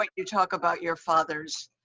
like you talk about your father's,